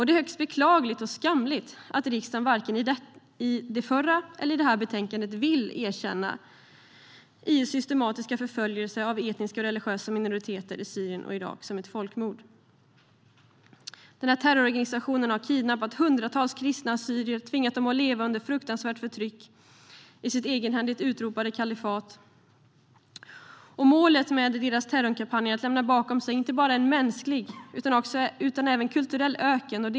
Det är högst beklagligt och skamligt att riksdagen varken i det förra betänkandet eller i detta vill erkänna IS systematiska förföljelse av etniska och religiösa minoriteter i Syrien och Irak som ett folkmord. Terrororganisationen har kidnappat hundratals kristna assyrier och tvingat dem att leva under ett fruktansvärt förtryck i sitt egenhändigt utropade kalifat. Målet med deras terrorkampanj är att lämna bakom sig inte bara en mänsklig utan även en kulturell öken.